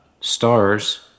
Stars